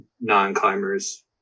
non-climbers